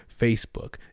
Facebook